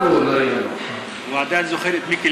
אם הוא לא יהיה נוכח.